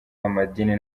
b’amadini